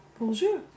Bonjour